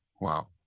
Wow